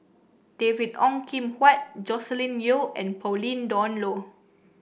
David Ong Kim Huat Joscelin Yeo and Pauline Dawn Loh